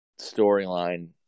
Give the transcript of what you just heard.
storyline